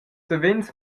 savens